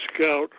scout